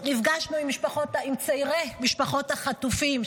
נפגשנו עם צעירי משפחות החטופים,